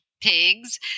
pigs